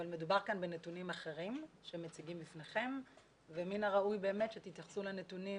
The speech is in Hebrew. מדובר כאן בנתונים אחרים שמציגים בפניכם ומן הראוי שתתייחסו לנתונים